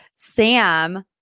Sam